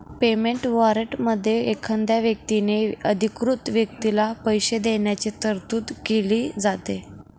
payment वॉरंटमध्ये एखाद्या व्यक्तीने अधिकृत व्यक्तीला पैसे देण्याची तरतूद केली जाते